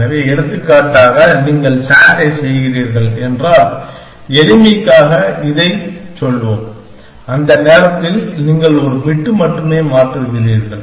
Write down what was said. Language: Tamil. எனவே எடுத்துக்காட்டாக நீங்கள் SAT ஐச் செய்கிறீர்கள் என்றால் எளிமைக்காக இதைச் சொல்வோம் அந்த நேரத்தில் நீங்கள் ஒரு பிட் மட்டுமே மாற்றுகிறீர்கள்